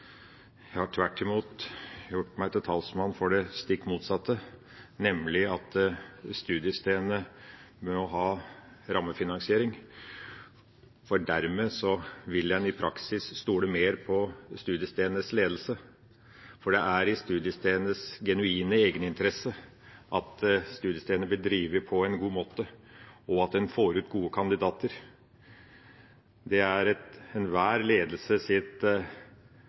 jeg har tvert imot gjort meg til talsmann for det stikk motsatte, nemlig at studiestedene må ha rammefinansiering. Dermed vil en i praksis stole mer på studiestedenes ledelse, for det er i studiestedenes genuine egeninteresse at studiestedene blir drevet på en god måte, og at en får ut gode kandidater. Det er enhver ledelses pre å kunne vise til gode resultater. Da må det være et